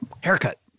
haircut